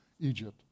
Egypt